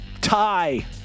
tie